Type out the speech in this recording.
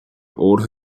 old